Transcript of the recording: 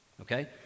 Okay